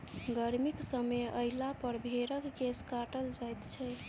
गर्मीक समय अयलापर भेंड़क केश काटल जाइत छै